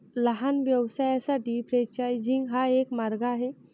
लहान व्यवसायांसाठी फ्रेंचायझिंग हा एक मार्ग आहे